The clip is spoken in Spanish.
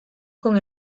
por